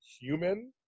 human